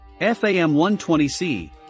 FAM120C